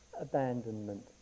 abandonment